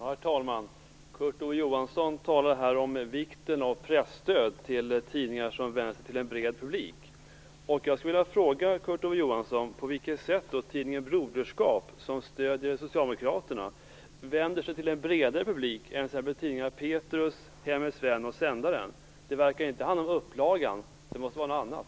Herr talman! Kurt Ove Johansson talar här om vikten av presstöd till tidningar som vänder sig till en bred publik. Jag skulle vilja fråga Kurt Ove Johansson på vilket sätt tidningen Broderskap, som stöder Socialdemokraterna, vänder sig till en bredare publik än t.ex. tidningarna Petrus, Hemmets Vän och Sändaren. Det verkar inte handla om upplagan, utan det måste vara något annat.